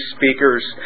speakers